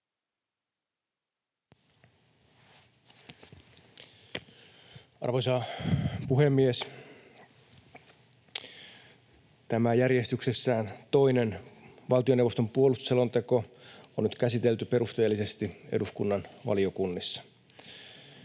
Arvoisa puhemies! Tämä järjestyksessään toinen valtioneuvoston puolustusselonteko on nyt käsitelty perusteellisesti eduskunnan valiokunnissa.